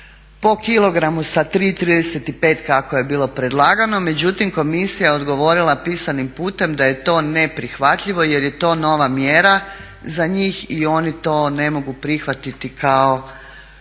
po kilogramu sa 3,35 kako je bilo predlagano međutim komisija je odgovorila pisanim putem da je to neprihvatljivo jer je to nova mjera za njih i oni to ne mogu prihvatiti kao